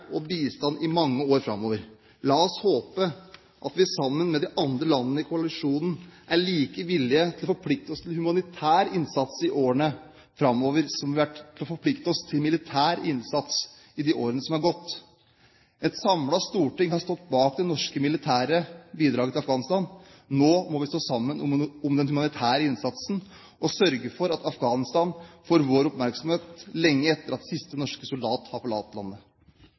og bistand i mange år framover. La oss håpe at vi sammen med de andre landene i koalisjonen er like villige til å forplikte oss til humanitær innsats i årene framover som vi har vært til å forplikte oss til militær innsats i de årene som har gått. Et samlet storting har stått bak det norske militære bidraget til Afghanistan. Nå må vi stå sammen om den humanitære innsatsen og sørge for at Afghanistan får vår oppmerksomhet lenge etter at siste norske soldat har forlatt landet.